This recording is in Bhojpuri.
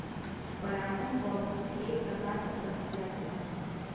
परागन पौधन में एक प्रकार क प्रक्रिया होला